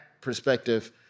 perspective